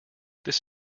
this